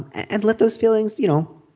and let those feelings, you know.